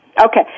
Okay